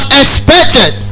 expected